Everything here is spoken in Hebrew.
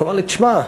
אומר לי: תשמע,